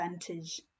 advantage